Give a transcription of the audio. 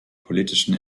politischen